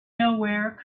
nowhere